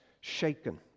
shaken